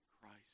Christ